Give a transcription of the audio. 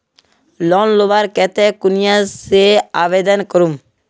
Loan लुबार केते कुनियाँ से आवेदन करूम?